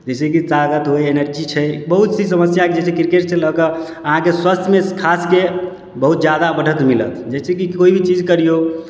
जैसेकि ताकत होइ एनर्जी छै बहुत सी समस्या क्रिकेट सऽ लऽके अहाँके स्वास्थ्यमे खासके बहुत जादा बढ़त मिलत जैसेकि कोइ भी चीज करियौ